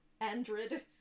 Andred